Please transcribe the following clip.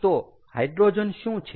તો હાઈડ્રોજન શું છે